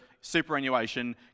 superannuation